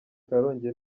karongi